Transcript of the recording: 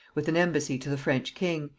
with an embassy to the french king,